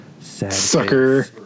Sucker